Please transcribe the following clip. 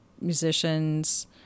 musicians